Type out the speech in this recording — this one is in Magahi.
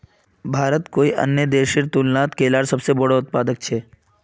भारत कोई भी अन्य देशेर तुलनात केलार सबसे बोड़ो उत्पादक छे